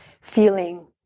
feeling